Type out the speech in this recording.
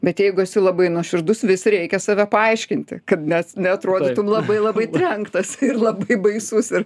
bet jeigu esi labai nuoširdus vis reikia save paaiškinti kad nes neatrodytum labai labai trenktas ir labai baisus ir